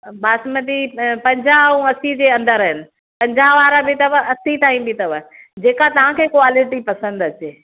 बासमती पंजाहुं अऊं असी जे अंदरि आहिनि पंजा्हु वारा बि अथव असी ताईं बि अथव जेका तव्हां खे क्वालिटी पसंदि अचे